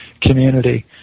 community